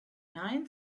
nein